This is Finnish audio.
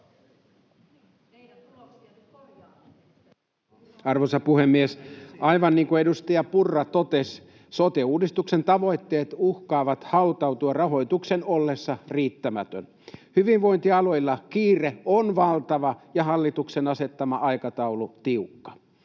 Arvoisa puhemies! Aivan niin kuin edustaja Purra totesi, sote-uudistuksen tavoitteet uhkaavat hautautua rahoituksen ollessa riittämätön. Hyvinvointialueilla kiire on valtava ja hallituksen asettama aikataulu tiukka.